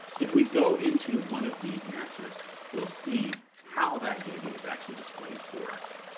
if we go into one of these matches we'll see how that data is actually displayed for us.